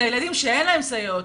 אלא הם הילדים שאין להם סייעות,